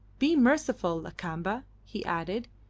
be merciful, lakamba, he added,